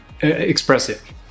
expressive